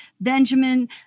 Benjamin